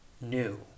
new